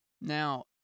Now